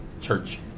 church